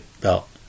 belt